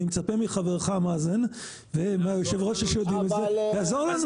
אני מצפה מחברך מאזן ומהיושב-ראש לעזור לנו.